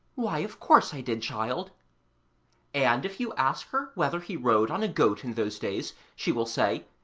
why, of course i did, child' and if you ask her whether he rode on a goat in those days, she will say,